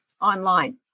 online